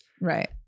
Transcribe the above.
right